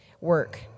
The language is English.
work